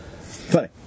Funny